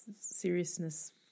seriousness